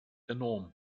enorm